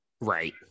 right